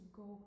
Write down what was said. go